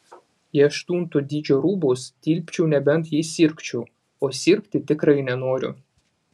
į aštunto dydžio rūbus tilpčiau nebent jei sirgčiau o sirgti tikrai nenoriu